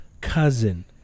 Cousin